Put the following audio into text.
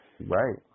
Right